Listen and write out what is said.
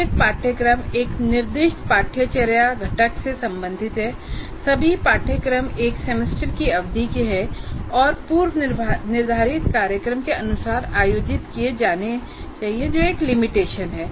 प्रत्येक पाठ्यक्रम एक निर्दिष्ट पाठ्यचर्या घटक से संबंधित है सभी पाठ्यक्रम एक सेमेस्टर की अवधि के हैं और पूर्वनिर्धारित कार्यक्रम के अनुसार आयोजित किए जाने चाहिए जो एक लिमिटेशन है